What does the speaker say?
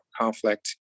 conflict